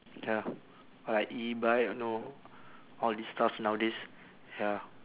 ya like e-bike know all these stuff nowadays ya